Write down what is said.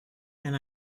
and